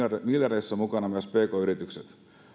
näissä miljardeissa mukana myös pk yritykset